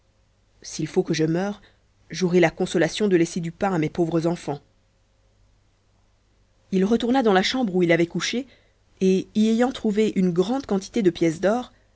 s'il faut que je meure j'aurai la consolation de laisser du pain à mes pauvres enfans il retourna dans la chambre où il avait couché et y ayant trouvé une grande quantité de pièces d'or